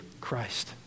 Christ